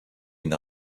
une